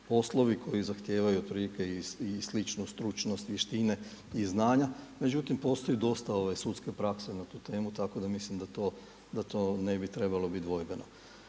poslovi koji zahtijevaju otprilike i sličnu stručnost, vještine i znanja. Međutim, postoji dosta sudske prakse na tu temu tako da mislim da to ne bi trebalo biti dvojbeno.